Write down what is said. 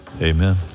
Amen